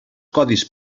codis